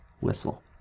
whistle